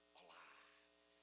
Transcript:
alive